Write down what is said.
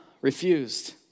refused